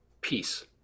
peace